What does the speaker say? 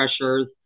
pressures